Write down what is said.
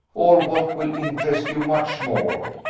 or what will interest you much more,